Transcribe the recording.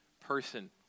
person